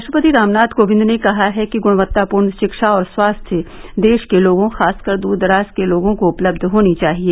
राष्ट्रपति रामनाथ कोविंद ने कहा है कि गुणवत्तापूर्ण शिक्षा और स्वास्थ्य देश के लोगों खासकर दूरदराज के लोगों को उपलब्ध होने चाहिए